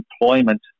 employment